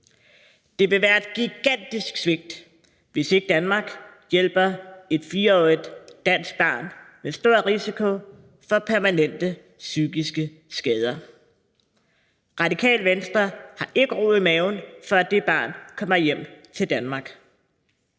Det vil være et gigantisk svigt, hvis ikke Danmark hjælper et 4-årigt dansk barn med stor risiko for permanente psykiske skader. Radikale Venstre har ikke ro i maven, før det barn kommer hjem til Danmark.